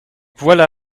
voilà